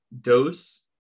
dose